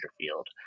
Field